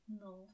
No